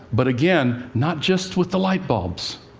but again, not just with the light bulbs.